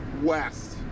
west